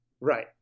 Right